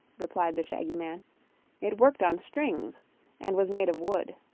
replied the shaggy man it worked on strings and was made of wood.